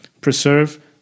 preserve